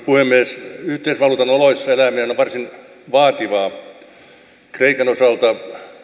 puhemies yhteisvaluutan oloissa eläminen on varsin vaativaa kreikan osalta